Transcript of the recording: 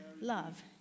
love